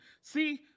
see